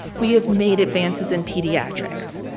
we have made advances in pediatrics,